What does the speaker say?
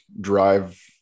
drive